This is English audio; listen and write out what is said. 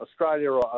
Australia